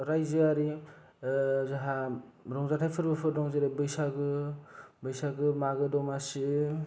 रायजोआरि जाहा रंजाथाइ फोरबोफोर दं जेरै बैसागो मागो दमासि